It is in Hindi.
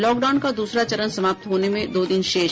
लॉकडाउन का दूसरा चरण समाप्त होने में दो दिन शेष